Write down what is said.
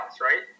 right